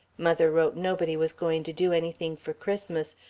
mother wrote nobody was going to do anything for christmas,